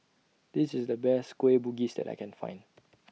This IS The Best Kueh Bugis that I Can Find